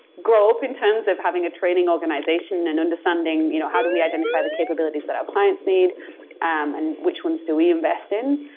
grow up in terms of having a training organization and understanding you know how do we identify the capabilities that our clients need and which ones do we invest in.